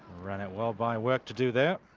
run it well, by work to do that.